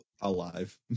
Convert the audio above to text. alive